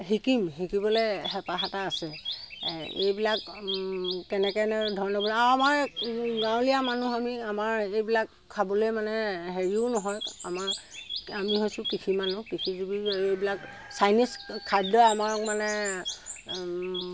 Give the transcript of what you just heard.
শিকিম শিকিবলৈ হেঁপাহ এটা আছে এইবিলাক কেনেকৈনো ধৰণে আৰু মই গাঁৱলীয়া মানুহ আমি আমাৰ এইবিলাক খাবলৈ মানে হেৰিও নহয় আমাৰ আমি হৈছোঁ কৃষি মানুহ কৃষিজীৱি এইবিলাক চাইনিজ খাদ্যই আমাক মানে